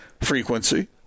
frequency